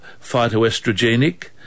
phytoestrogenic